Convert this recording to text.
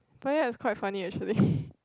but ya it's quite funny actually